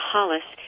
Hollis